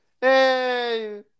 hey